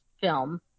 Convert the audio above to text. film